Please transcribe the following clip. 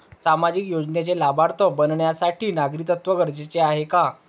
सामाजिक योजनेचे लाभार्थी बनण्यासाठी नागरिकत्व गरजेचे आहे का?